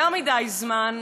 יותר מדי זמן,